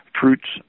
fruits